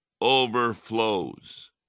overflows